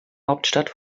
hauptstadt